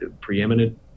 preeminent